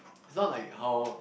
is not like how